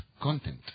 content